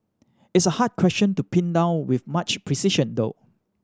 it's a hard question to pin down with much precision though